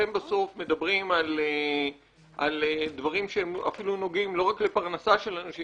אתם בסוף מדברים על דברים שאפילו נוגעים לא רק לפרנסה של אנשים,